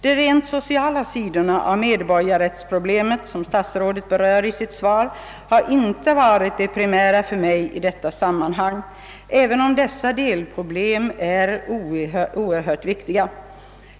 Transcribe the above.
De rent sociala sidorna av medborgarrättsproblemet, som statsrådet berör 1 sitt svar, har inte varit det primära för mig i detta sammanhang, även om dessa delproblem är synnerligen viktiga.